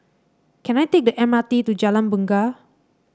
can I take the M R T to Jalan Bungar